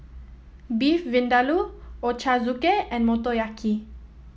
Beef Vindaloo Ochazuke and Motoyaki